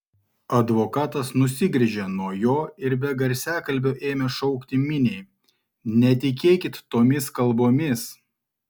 advokatas nusigręžė nuo jo ir be garsiakalbio ėmė šaukti miniai netikėkit tomis kalbomis